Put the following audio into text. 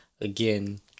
again